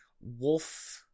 wolf